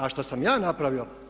A što sam ja napravio?